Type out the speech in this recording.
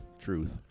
truth